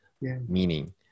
meaning